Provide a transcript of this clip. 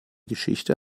geschichte